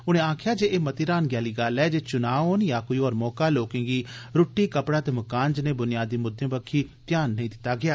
उनें आक्खेआ जे एह् मती हरानगी आली गल्ल ऐ जे चुनां होन या कोई होर मौका लोकें दे रूट्टी कपड़ा ते मकान जनेह् बुनियादी मुद्दें बक्खी कोई ध्यान नेई दित्ता गेआ